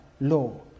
law